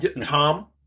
Tom